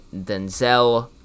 Denzel